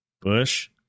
Bush